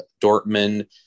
Dortmund